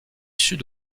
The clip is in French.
sud